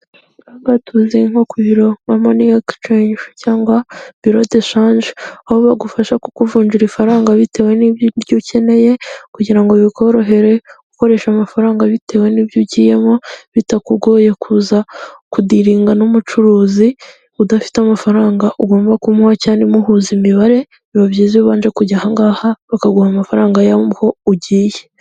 Aha ngaha tuhazi nko ku biro nka moni ekisicengi cyangwa biro de shanje aho bagufasha kukuvunjira ifaranga bitewe n'ibyo ukeneye kugira ngo bikworohere gukoresha amafaranga bitewe n'ibyo ugiyemo bitakugoye kuza kudiringa n'umucuruzi udafite amafaranga ugomba kumuha cyangwa ntimuhuze imibare biba byiza iyo ubanje kujya aha ngaha bakaguha amafaranga yaho ugiye.